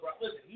Listen